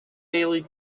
daily